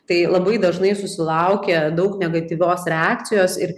tai labai dažnai susilaukia daug negatyvios reakcijos ir